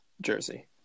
jersey